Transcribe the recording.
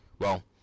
Well